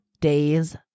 days